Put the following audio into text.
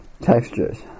textures